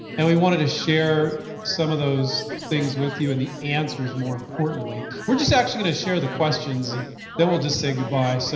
and we wanted to share some of those things with you and the answers, more importantly. we're just actually gonna share the questions and then we'll just say goodbye, so.